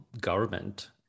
government